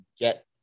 get